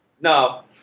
No